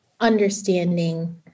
understanding